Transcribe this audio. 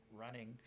running